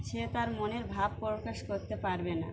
সে তার মনের ভাব প্রকাশ করতে পারবে না